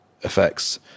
effects